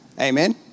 Amen